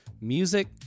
Music